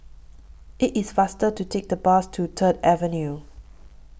IT IS faster to Take The Bus to Third Avenue